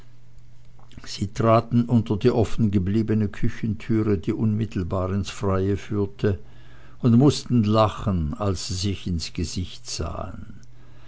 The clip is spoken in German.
sie traten unter die offengebliebene küchentüre die unmittelbar ins freie führte und mußten lachen als sie sich ins gesicht sahen